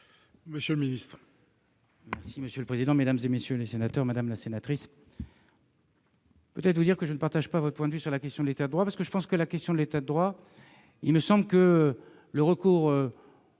monsieur le ministre